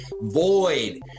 void